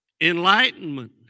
Enlightenment